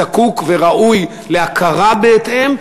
זקוק וראוי להכרה בהתאם,